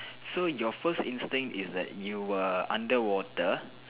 so your first instinct is that you were underwater